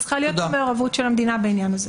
צריכה להיות מעורבות של המדינה בעניין הזה.